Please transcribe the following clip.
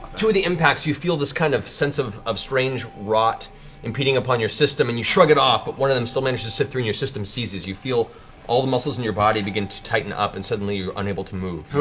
two of the impacts, you feel this kind of sense of of strange rot impeding upon your system, and you shrug it off, but one of them still manages to sift through, and your system seizes. you feel all the muscles in your body begin to tighten up, and suddenly you are unable to move.